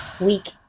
Week